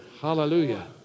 Hallelujah